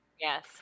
yes